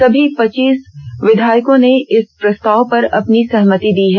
सभी पच्चीस विधायकों ने इस प्रस्ताव पर अपनी सहमति दी है